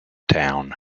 town